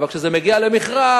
אבל כשזה מגיע למכרז,